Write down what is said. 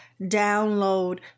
download